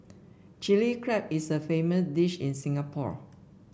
Chilli Crab is a famous dish in Singapore